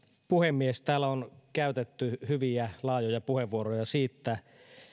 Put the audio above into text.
puhemies täällä on käytetty hyviä laajoja puheenvuoroja siitä